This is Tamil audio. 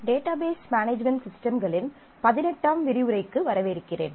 டேட்டாபேஸ் மேனேஜ்மென்ட் சிஸ்டம்களின் பதினெட்டாம் விரிவுரைக்கு வரவேற்கிறேன்